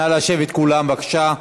נא לשבת, כולם, בבקשה.